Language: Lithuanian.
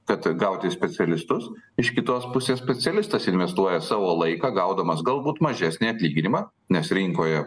kad gauti specialistus iš kitos pusės specialistas investuoja savo laiką gaudamas galbūt mažesnį atlyginimą nes rinkoje